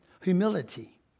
humility